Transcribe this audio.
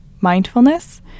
mindfulness